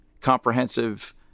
comprehensive